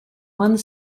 one